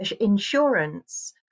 insurance